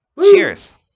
cheers